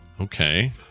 Okay